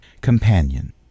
Companion